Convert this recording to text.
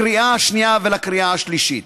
לקריאה שנייה ולקריאה שלישית.